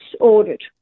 ordered